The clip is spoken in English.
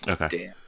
Okay